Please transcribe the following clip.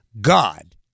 God